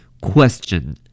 Question